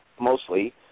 mostly